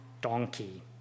donkey